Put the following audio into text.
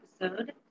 episode